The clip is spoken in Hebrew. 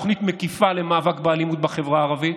תוכנית מקיפה למאבק באלימות בחברה הערבית.